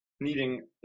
needing